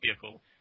vehicle